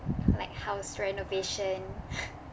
like house renovation